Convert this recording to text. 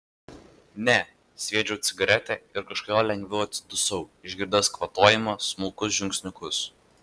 ne sviedžiau cigaretę ir kažkodėl lengviau atsidusau išgirdęs kvatojimą smulkus žingsniukus